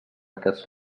aquests